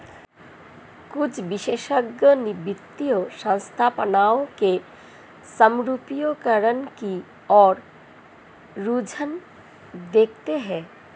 कुछ विशेषज्ञ वित्तीय संस्थानों के समरूपीकरण की ओर रुझान देखते हैं